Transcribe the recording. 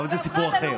אבל זה סיפור אחר.